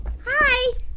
Hi